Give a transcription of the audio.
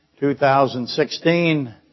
2016